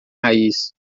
raiz